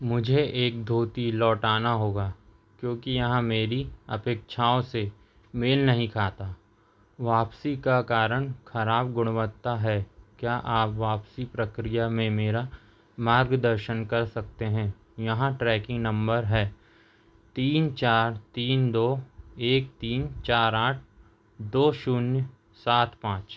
मुझे एक धोती लौटाना होगा क्योंकि यह मेरी अपेक्षाओं से मेल नहीं खाता वापसी का कारण खराब गुणवत्ता है क्या आप वापसी प्रक्रिया में मेरा मार्गदर्शन कर सकते हैं यहां ट्रैकिंग नंबर है तीन चार तीन दो एक तीन चार आठ दो शून्य सात पाँच